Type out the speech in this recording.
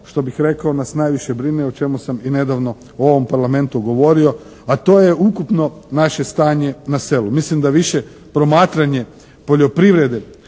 što bih rekao nas najviše brine o čemu sam i nedavno u ovom Parlamentu govorio a to je ukupno naše stanje na selu. Mislim da više promatranje poljoprivrede